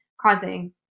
Causing